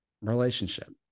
relationship